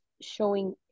showing